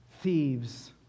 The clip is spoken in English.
thieves